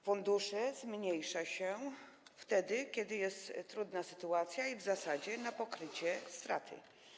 Fundusze zmniejsza się wtedy, kiedy jest trudna sytuacja, i w zasadzie na pokrycie straty.